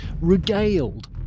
regaled